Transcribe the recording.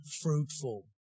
fruitful